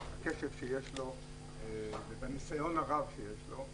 הקשב שיש לו, ובניסיון הרב שיש לו.